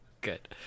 good